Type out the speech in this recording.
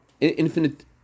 infinite